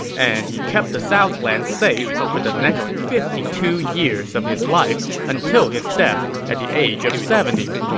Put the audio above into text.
and he kept the southlands safe for the next fifty two years of his life, until his death at the age of seventy.